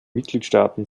mitgliedstaaten